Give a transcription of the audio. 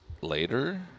later